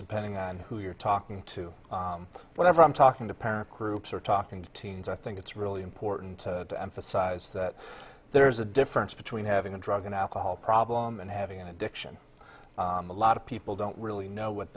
depending on who you're talking to whatever i'm talking to parent groups or talking to teens i think it's really important to emphasize that there is a difference between having a drug and alcohol problem and having an addiction a lot of people don't really know what